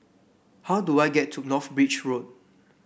how do I get to North Bridge Road